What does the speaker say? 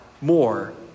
more